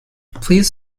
please